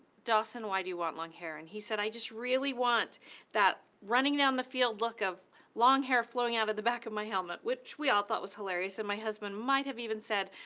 dawson, why do you want long hair? and he said, i just really want that running down the field look of long hair flowing out of the back of my helmet. which we all thought was hilarious! and my husband might have even said,